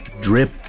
drip